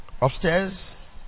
Upstairs